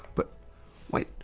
but wait,